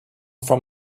from